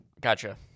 Gotcha